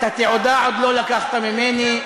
את התעודה עוד לא לקחת ממני,